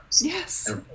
yes